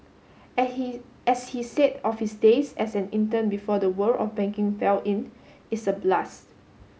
his as he said of his days as an intern before the world of banking fell in it's a blast